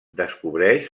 descobreix